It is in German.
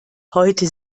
heute